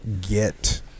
get